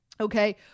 Okay